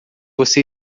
você